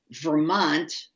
Vermont